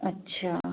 अच्छा